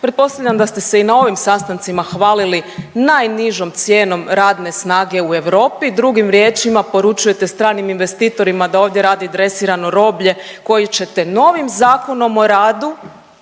Pretpostavljam da ste se i na ovim sastancima hvalili najnižom cijenom radne snage u Europi. Drugim riječima, poručujete stranim investitorima da ovdje dresirano roblje koji ćete novim Zakonom o radu